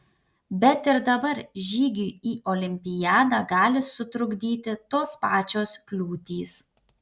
bet ir dabar žygiui į olimpiadą gali sutrukdyti tos pačios kliūtys